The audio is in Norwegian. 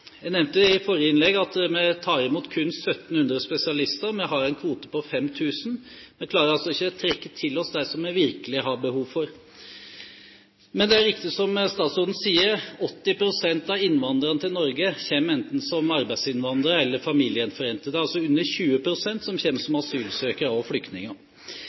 Jeg nevnte i forrige innlegg at vi tar imot kun 1 700 spesialister. Vi har en kvote på 5 000. Vi klarer altså ikke å trekke til oss dem som vi virkelig har behov for. Men det er riktig som statsråden sier, at 80 pst. av innvandrerne til Norge kommer enten som arbeidsinnvandrere eller familiegjenforente. Det er altså under 20 pst. som kommer som asylsøkere og flyktninger.